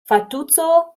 fatuzzo